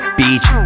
beach